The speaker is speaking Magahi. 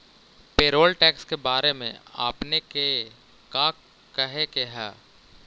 पेरोल टैक्स के बारे में आपने के का कहे के हेअ?